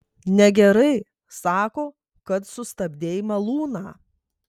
negerai sako kad sustabdei malūną